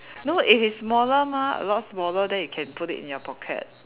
no it is smaller mah a lot smaller then you can put in your pocket